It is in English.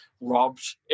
robbed